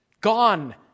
gone